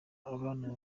abana